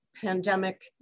pandemic